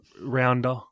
rounder